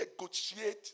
negotiate